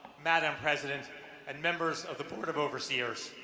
madam president and members of the board of overseers,